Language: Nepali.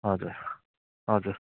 हजुर हजुर